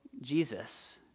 Jesus